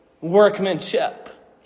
Workmanship